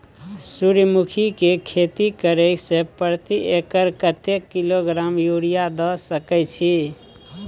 सूर्यमुखी के खेती करे से प्रति एकर कतेक किलोग्राम यूरिया द सके छी?